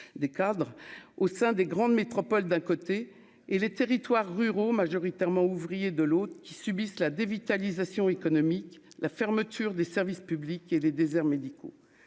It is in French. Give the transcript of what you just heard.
des cadres au sein des grandes métropoles, d'un côté et les territoires ruraux majoritairement ouvrier de l'autre, qui subissent la dévitalisation économique la fermeture des services publics et des déserts médicaux,